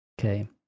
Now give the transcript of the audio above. Okay